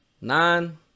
nine